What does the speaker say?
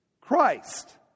Christ